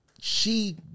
she-